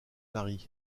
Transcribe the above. marient